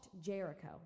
Jericho